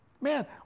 Man